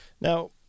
Now